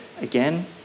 again